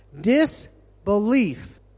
Disbelief